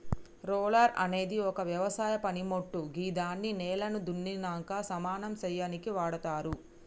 roller అనేది ఒక వ్యవసాయ పనిమోట్టు గిదాన్ని నేలను దున్నినంక సమానం సేయనీకి వాడ్తరు